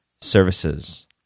services